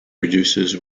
reduces